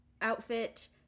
outfit